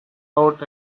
out